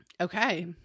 Okay